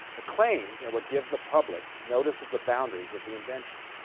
the claims are what give the public notice of the boundaries of the invention.